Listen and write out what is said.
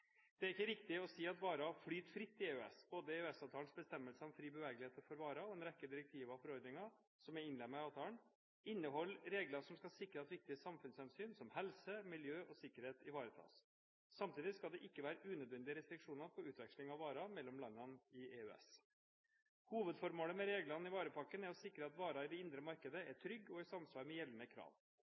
Det er ikke riktig å si at varer «flyter fritt» i EØS. Både EØS-avtalens bestemmelser om fri bevegelighet for varer og en rekke direktiver og forordninger som er innlemmet i avtalen, inneholder regler som skal sikre at viktige samfunnshensyn som helse, miljø og sikkerhet ivaretas. Samtidig skal det ikke være unødvendige restriksjoner på utvekslingen av varer mellom landene i EØS. Hovedformålet med reglene i varepakken er å sikre at varer i det indre markedet er trygge og i samsvar med gjeldende krav.